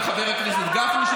גם חבר הכנסת גפני,